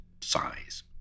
size